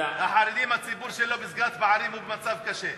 החרדים, הציבור שלו בסגירת פערים הוא במצב קשה.